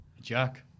Jack